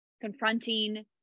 confronting